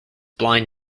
blind